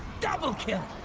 doubled a